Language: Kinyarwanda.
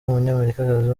umunyamerikakazi